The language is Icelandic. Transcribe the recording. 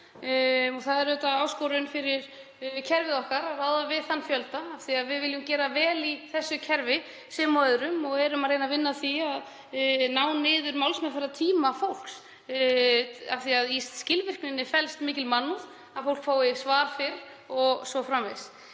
Það er áskorun fyrir kerfið að ráða við þann fjölda af því að við viljum gera vel í þessu kerfi sem og öðrum. Við erum að reyna að vinna að því að ná niður málsmeðferðartíma fólks af því að í skilvirkninni felst mikil mannúð, að fólk fái svar fyrr o.s.frv.